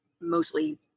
mostly